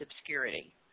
obscurity